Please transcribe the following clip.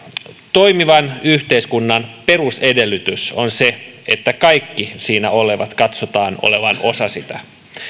toimivan yhteiskunnan perusedellytys on se että kaikkien siinä olevien katsotaan olevan osa sitä ja